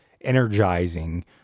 energizing